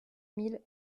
mille